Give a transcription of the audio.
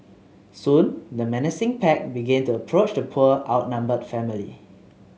soon the menacing pack began to approach the poor outnumbered family